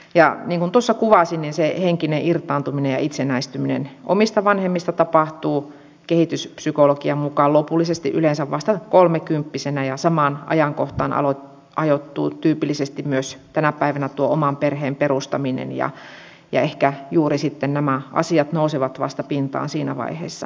niin kuin tuossa kuvasin niin se henkinen irtaantuminen ja itsenäistyminen omista vanhemmista tapahtuu kehityspsykologian mukaan lopullisesti yleensä vasta kolmekymppisenä ja samaan ajankohtaan tyypillisesti ajoittuu tänä päivänä myös tuo oman perheen perustaminen ja ehkä juuri siksi nämä asiat nousevat pintaan vasta siinä vaiheessa